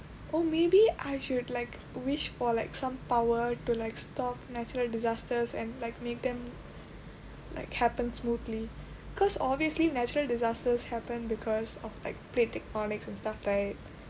oh maybe I should like wish for like some power to like stop natural disasters and like make them like happen smoothly because obviously natural disasters happen because of like plate tectonics and stuff right